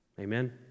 Amen